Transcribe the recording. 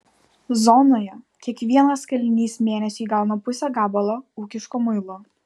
zonoje kiekvienas kalinys mėnesiui gauna pusę gabalo ūkiško muilo